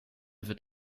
wird